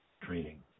Training